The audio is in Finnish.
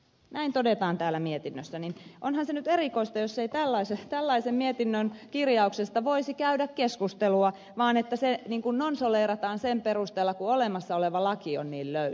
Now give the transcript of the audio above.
kun näin todetaan täällä mietinnössä niin onhan se nyt erikoista jos ei tällaisen mietinnön kirjauksesta voisi käydä keskustelua vaan se niin kuin nonsoleerataan sen perusteella kun olemassa oleva laki on niin löysä